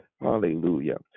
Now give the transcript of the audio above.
Hallelujah